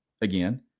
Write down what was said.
again